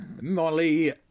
Molly